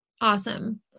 Awesome